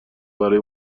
برای